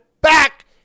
back